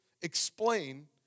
explain